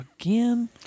again